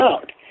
out